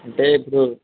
అంటే ఇప్పుడు